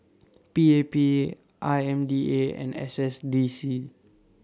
P A P I M D A and S S D C